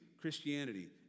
Christianity